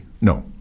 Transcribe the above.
no